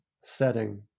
setting